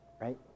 right